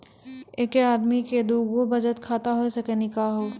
एके आदमी के दू गो बचत खाता हो सकनी का हो?